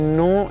no